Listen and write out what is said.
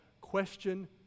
question